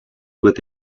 with